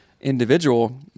individual